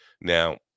Now